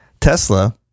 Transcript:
tesla